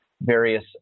various